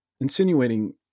insinuating